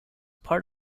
part